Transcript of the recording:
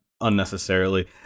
unnecessarily